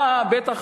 אתה בטח,